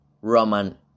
Roman